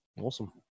Awesome